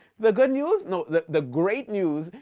the good news, no the the great news,